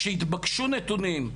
שיתבקשו נתונים,